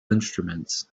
instruments